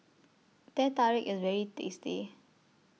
Teh Tarik IS very tasty